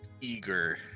eager